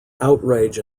outrage